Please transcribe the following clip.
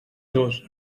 dos